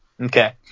Okay